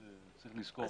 צריך לזכור.